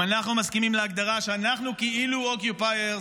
אם אנחנו מסכימים להגדרה שאנחנו כאילו occupiers,